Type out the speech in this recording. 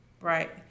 Right